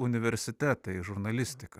universitetą į žurnalistiką